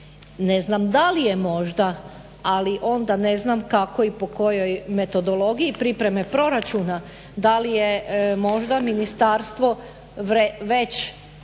Ne znam da li je možda ali onda ne znam kako i po kojoj metodologiji pripreme proračuna da li je možda ministarstvo već